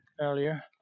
earlier